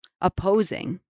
opposing